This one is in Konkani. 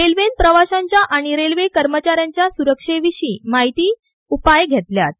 रेल्वेन प्रवाशांच्या आनी रेल्वे कर्मचाऱ्यांच्या सुरक्षे विशीं महत्वाचे उपाय घेतल्यात